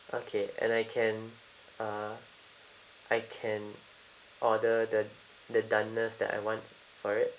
okay and I can uh I can order the the doneness that I want for it